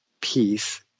peace